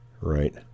Right